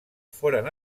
foren